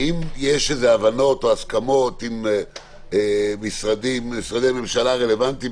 האם יש איזה הבנות או הסכמות עם משרדי ממשלה רלוונטיים,